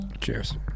Cheers